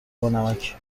بانمکی